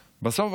בסוף,